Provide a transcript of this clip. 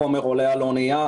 החומר עולה על אוניה,